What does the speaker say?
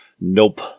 Nope